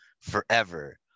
forever